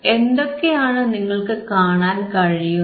എന്തൊക്കെയാണ് നിങ്ങൾക്ക് കാണാൻ കഴിയുന്നത്